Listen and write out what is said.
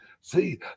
See